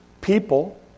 people